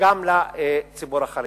גם לציבור החרדי.